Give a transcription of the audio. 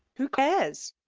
who cares?